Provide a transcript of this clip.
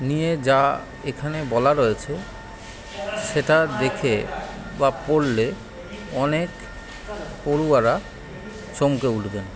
নিয়ে যা এখানে বলা রয়েছে সেটা দেখে বা পড়লে অনেক পড়ুয়ারা চমকে উঠবেন